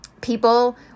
People